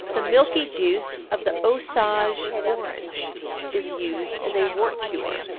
the milky juice of the osage orange is used as a wart-cure.